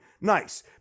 Nice